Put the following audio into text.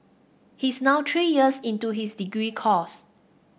he is now three years into his degree course